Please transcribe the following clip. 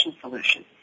solution